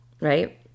right